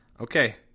Okay